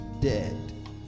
dead